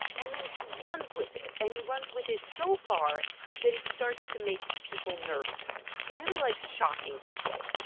and then he runs with it. and he runs with it so far that it starts to make people nervous. he really likes shocking people.